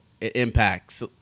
impacts